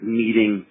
meeting